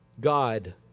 God